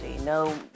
No